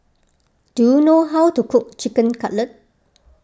do you know how to cook Chicken Cutlet